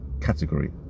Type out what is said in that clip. category